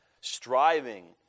Striving